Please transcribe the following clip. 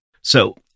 So-